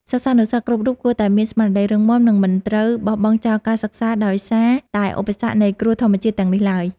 សិស្សានុសិស្សគ្រប់រូបគួរតែមានស្មារតីរឹងមាំ និង មិនត្រូវបោះបង់ចោលការសិក្សាដោយសារតែឧបសគ្គនៃគ្រោះធម្មជាតិទាំងនេះឡើយ។